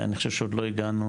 אני חושב שעוד לא הגענו,